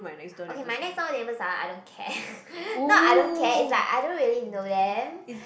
okay my next door neighbours ah I don't care not I don't care is like I don't really know them